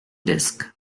disk